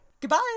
Goodbye